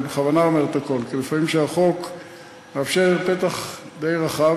אני בכוונה אומר את הכול כי לפעמים כשהחוק מאפשר פתח די רחב,